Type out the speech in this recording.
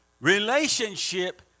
Relationship